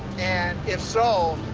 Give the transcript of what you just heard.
and if so,